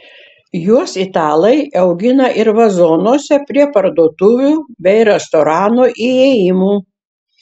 juos italai augina ir vazonuose prie parduotuvių bei restoranų įėjimų